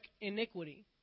iniquity